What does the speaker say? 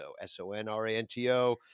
S-O-N-R-A-N-T-O